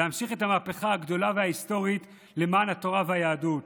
להמשיך את המהפכה הגדולה וההיסטורית למען התורה והיהדות.